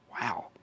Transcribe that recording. Wow